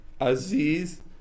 Aziz